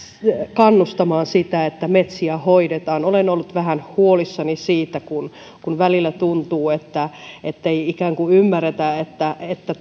kannustamaan sitä että metsiä hoidetaan olen ollut vähän huolissani siitä kun kun välillä tuntuu ettei ikään kuin ymmärretä että että